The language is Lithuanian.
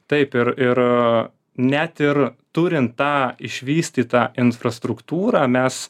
taip ir ir net ir turint tą išvystytą infrastruktūrą mes